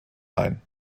ein